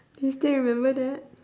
do you still remember that